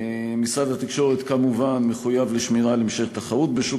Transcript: משרד התקשורת מחויב כמובן לשמירה על המשך תחרות בשוק